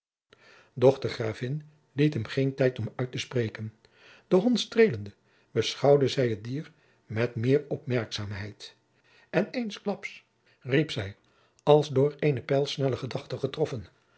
de gravin liet hem geen tijd om uit te spreken den hond streelende beschouwde zij het dier met meer opmerkzaamheid en eensklaps riep zij als door eene pijlsnelle gedachte getroffen